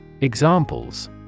Examples